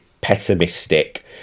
pessimistic